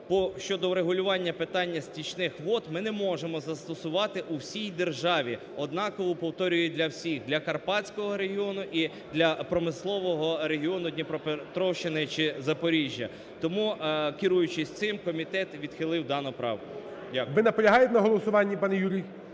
щодо врегулювання питання стічних вод ми не можемо застосувати у всій державі однаково, повторюю, для всіх: для карпатського регіону і для промислового регіону Дніпропетровщини чи Запоріжжя. Тому, керуючись цим, комітет відхилив дану правку. Дякую. ГОЛОВУЮЧИЙ. Ви наполягаєте на голосуванні, пане Юрій?